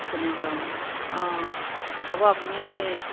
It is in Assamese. তেনেকুৱা মানে অঁ হ'ব আপুনি